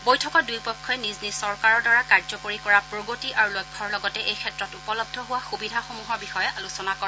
বৈঠকত দুয়োপক্ষই নিজ নিজ চৰকাৰৰ দ্বাৰা কাৰ্যকৰী কৰা প্ৰগতি আৰু লক্ষ্যৰ লগতে এই ক্ষেত্ৰত উপলব্ধ হোৱা সুবিধাসমূহৰ বিষয়ে আলোচনা কৰে